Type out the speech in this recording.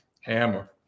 Hammer